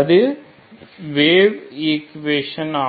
அது வேவ் ஈக்குவேஷன்ஆகும்